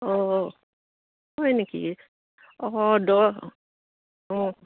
অঁ হয় নেকি অঁ দহ অঁ